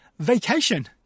Vacation